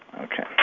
Okay